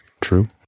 true